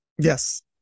yes